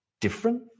different